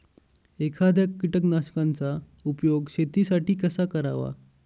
एखाद्या कीटकनाशकांचा उपयोग शेतीसाठी कसा करावा?